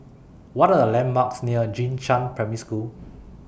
What Are The landmarks near Jing Shan Primary School